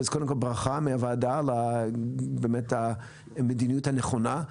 אז קודם כל ברכה מהוועדה באמת על המדיניות הנכונה.